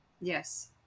Yes